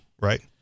Right